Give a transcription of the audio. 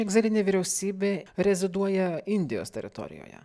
egzilinė vyriausybė reziduoja indijos teritorijoje